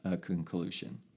conclusion